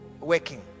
working